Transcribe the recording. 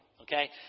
okay